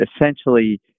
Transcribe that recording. Essentially